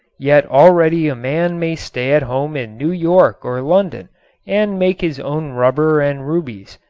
yet already a man may stay at home in new york or london and make his own rubber and rubies,